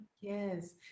yes